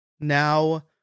now